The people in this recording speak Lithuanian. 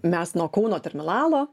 mes nuo kauno terminalo